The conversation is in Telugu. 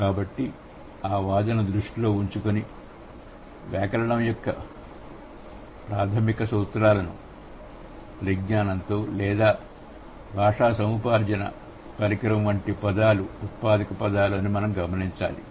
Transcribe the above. కాబట్టి ఆ వాదనను దృష్టిలో ఉంచుకుని వ్యాకరణం యొక్క ప్రాథమిక సూత్రాల పరిజ్ఞానంతో లేదా భాషా సముపార్జన పరికరం వంటి పదాలు ఉత్పాదక పదాలు అని మనం గమనించాలి